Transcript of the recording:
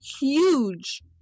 huge